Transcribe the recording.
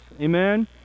Amen